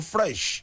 Fresh